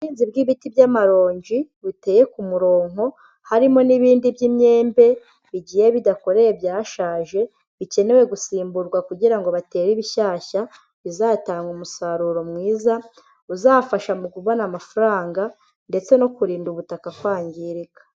Ubuhinzi bw'ibiti by'amaronji buteye ku murongo, harimo n'ibindi by'imyembe, bigiye bidakoreye byashaje, bikenewe gusimburwa kugira ngo batere ibishyashya, bizatanga umusaruro mwiza, uzafasha mu kubona amafaranga, ndetse no kurinda ubutaka kwangirika.